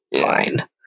fine